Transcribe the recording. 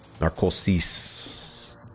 Narcosis